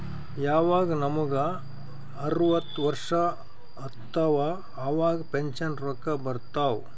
ಯವಾಗ್ ನಮುಗ ಅರ್ವತ್ ವರ್ಷ ಆತ್ತವ್ ಅವಾಗ್ ಪೆನ್ಷನ್ ರೊಕ್ಕಾ ಬರ್ತಾವ್